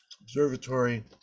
observatory